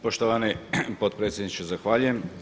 Poštovani potpredsjedniče zahvaljujem.